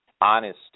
honesty